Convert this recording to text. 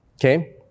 Okay